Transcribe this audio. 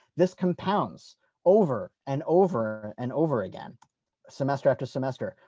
this compounds over and over and over again semester after semester.